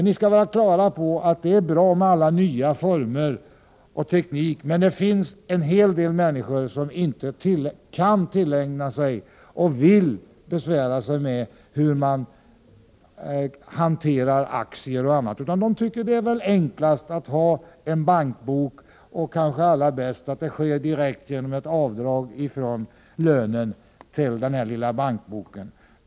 Man skall vara på det klara med att det är bra med alla nya former och tekniker, men att det finns en hel del människor som inte kan tillägna sig eller vill besvära sig med hur man hanterar aktier och annat. De tycker det är enklast att ha en bankbok och, kanske allra bäst, att insättningarna sker direkt genom ett avdrag ifrån lönen till denna bankbok.